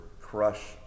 crush